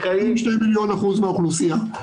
מוגבלות --- מהאוכלוסיה.